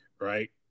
Right